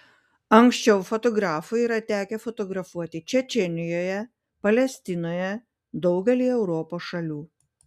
anksčiau fotografui yra tekę fotografuoti čečėnijoje palestinoje daugelyje europos šalių